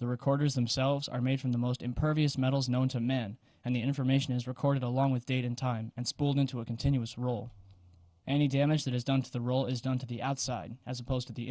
the recorders themselves are made from the most impervious metals known to men and the information is recorded along with date and time and spilled into a continuous roll any damage that is done to the role is done to the outside as opposed to the